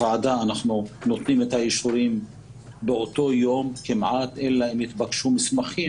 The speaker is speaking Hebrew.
בוועדה נותנים אישורים באותו יום בדרך כלל אלא אם כן מתבקשים מסמכים,